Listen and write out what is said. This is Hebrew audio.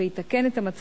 ממועד זה,